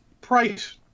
price